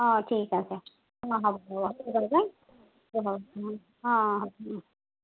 অঁ ঠিক আছে অঁ হ'ব হ'ব অঁ